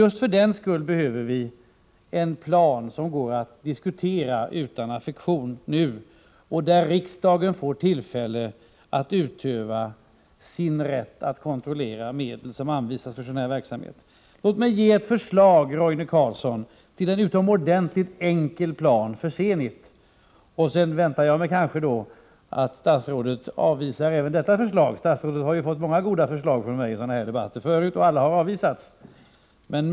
Just för den skull behöver vi en plan, som går att diskutera utan affektioner nu, och som ger riksdagen tillfälle att utöva sin rätt att kontrollera hur de medel används som anvisas för sådan här verksamhet. Låt mig ge ett förslag till en utomordentligt enkel plan för Zenit. Kanske statsrådet avvisar även detta förslag; statsrådet har ju fått många goda förslag av mig i sådana här debatter förut, men alla dessa förslag har avvisats.